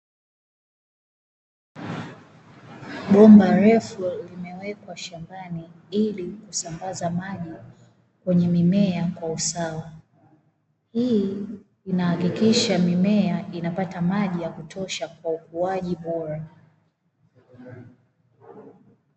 Bomba refu limewekwa shambani ili kusambaza maji kwenye mimea kwa usawa, hii inahakikisha mimea inapata maji ya kutosha kwa ukuaji bora.